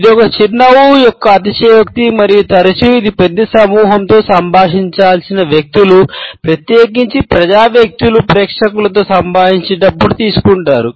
ఇది ఒక చిరునవ్వు యొక్క అతిశయోక్తి మరియు తరచూ ఇది పెద్ద సమూహంతో సంభాషించాల్సిన వ్యక్తులు ప్రత్యేకించి ప్రజా వ్యక్తులు ప్రేక్షకులతో సంభాషించేటప్పుడు తీసుకుంటారు